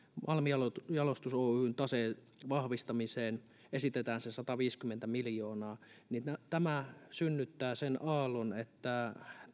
malmijalostus oyn taseen vahvistamiseen esitetään se sataviisikymmentä miljoonaa niin tämä synnyttää sen aallon että